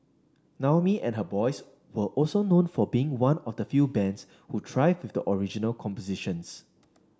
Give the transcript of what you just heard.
Naomi and her boys were also known for being one of the few bands who thrived with original compositions